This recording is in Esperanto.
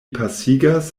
pasigas